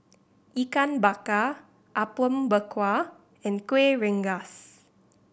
Ikan Bakar Apom Berkuah and Kuih Rengas